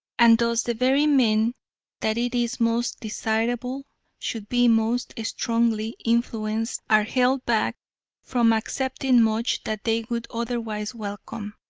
and thus the very men that it is most desirable should be most strongly influenced are held back from accepting much that they would otherwise welcome.